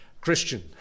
Christian